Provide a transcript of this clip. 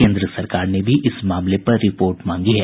केन्द्र सरकार ने भी इस मामले पर रिपोर्ट मांगी है